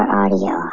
audio